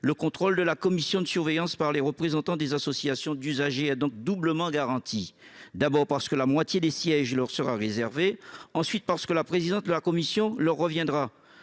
Le contrôle de la commission de surveillance par les représentants des associations d'usagers est donc doublement garanti. Tout d'abord, parce que la moitié des sièges leur sera réservée. Ensuite, parce que la présidence de la commission leur reviendra,